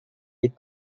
les